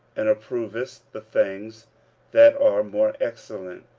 and approvest the things that are more excellent,